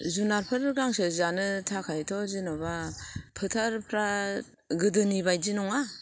जुनारफोर गांसो जानो थाखायथ' जेन'बा फोथारफ्रा गोदोनि बायदि नङा